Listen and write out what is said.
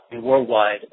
worldwide